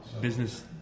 Business